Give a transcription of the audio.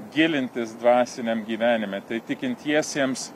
gilintis dvasiniam gyvenime tai tikintiesiems